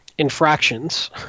Infractions